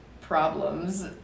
problems